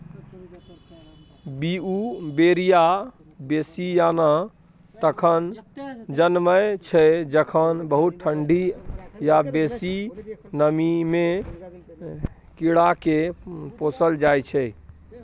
Beauveria bassiana तखन जनमय छै जखन बहुत ठंढी या बेसी नमीमे कीड़ाकेँ पोसल जाइ छै